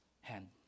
hand